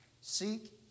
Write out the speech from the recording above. Seek